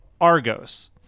Argos